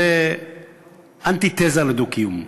זה אנטיתזה לדו-קיום.